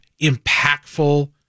impactful